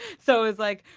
so it was like,